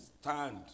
stand